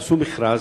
יעשו מכרז,